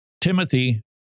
Timothy